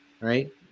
right